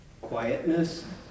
quietness